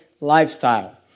lifestyle